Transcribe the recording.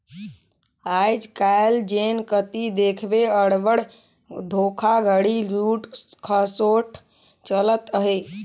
आएज काएल जेन कती देखबे अब्बड़ धोखाघड़ी, लूट खसोट चलत अहे